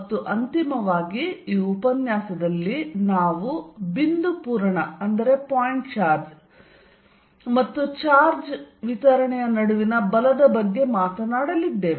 ಮತ್ತು ಅಂತಿಮವಾಗಿ ಈ ಉಪನ್ಯಾಸದಲ್ಲಿ ನಾವು ಬಿಂದು ಪೂರಣ ಮತ್ತು ಚಾರ್ಜ್ ವಿತರಣೆಯ ನಡುವಿನ ಬಲದ ಬಗ್ಗೆ ಮಾತನಾಡಲಿದ್ದೇವೆ